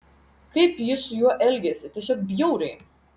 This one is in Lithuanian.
kaip ji su juo elgiasi tiesiog bjauriai